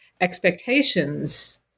expectations